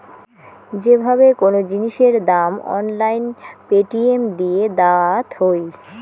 যে ভাবে কোন জিনিসের দাম অনলাইন পেটিএম দিয়ে দায়াত হই